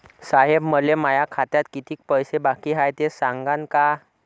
साहेब, मले माया खात्यात कितीक पैसे बाकी हाय, ते सांगान का?